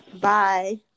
bye